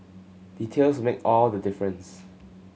details make all the difference